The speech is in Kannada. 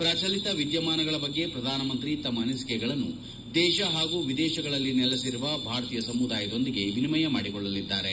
ಪ್ರಚಲಿತ ವಿದ್ಯಮಾನಗಳ ಬಗ್ಗೆ ಪ್ರಧಾನ ಮಂತ್ರಿ ತಮ್ಮ ಅನಿಸಿಕೆಗಳನ್ನು ದೇಶ ಹಾಗೂ ವಿದೇಶಗಳಲ್ಲಿ ನೆಲೆಸಿರುವ ಭಾರತೀಯ ಸಮುದಾಯದೊಂದಿಗೆ ವಿನಿಮಯ ಮಾಡಿಕೊಳ್ಳಲಿದ್ದಾರೆ